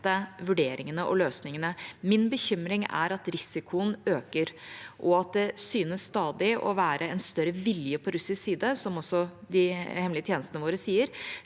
vurderingene og løsningene. Min bekymring er at risikoen øker, og at det syns stadig å være en større vilje på russisk side – som også de hemmelige tjenestene våre sier